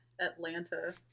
atlanta